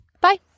Bye